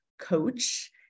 coach